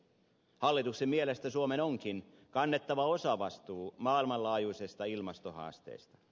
hallituksen mielestä suomen onkin kannettava osavastuu maailmanlaajuisesta ilmastohaasteesta